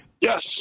Yes